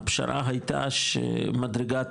הפשרה הייתה שמדרגה תבוצע,